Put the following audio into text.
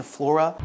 Flora